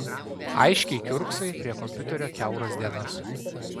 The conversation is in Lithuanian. aiškiai kiurksai prie kompiuterio kiauras dienas